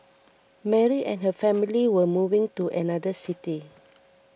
Mary and her family were moving to another city